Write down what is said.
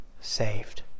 saved